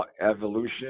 evolution